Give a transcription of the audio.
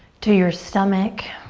to your stomach.